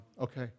okay